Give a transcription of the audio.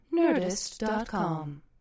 nerdist.com